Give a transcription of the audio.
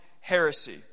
heresy